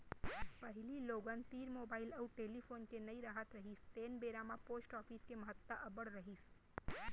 पहिली लोगन तीर मुबाइल अउ टेलीफोन के नइ राहत रिहिस तेन बेरा म पोस्ट ऑफिस के महत्ता अब्बड़ रिहिस